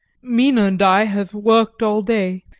mina and i have worked all day,